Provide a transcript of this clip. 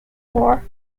war